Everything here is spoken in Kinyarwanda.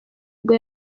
bwo